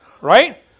Right